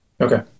Okay